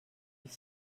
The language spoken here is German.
ich